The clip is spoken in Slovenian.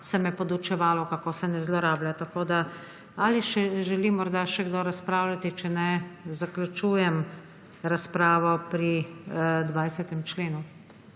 se me »podučevalo« kako se ne zlorablja. Tako da… Ali želi morda še kdo razpravljati. Če ne, zaključujem razpravo pri 20. členu.